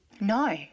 No